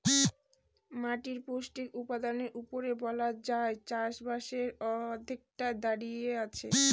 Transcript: মাটির পৌষ্টিক উপাদানের উপরেই বলা যায় চাষবাসের অর্ধেকটা দাঁড়িয়ে আছে